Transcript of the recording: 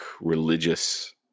religious